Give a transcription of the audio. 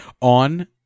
on